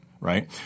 right